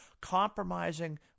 compromising